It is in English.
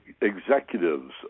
executives